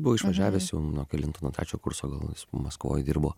buvo išvažiavęs jau nuo kelinto nuo trečio kurso galimais maskvoj dirbo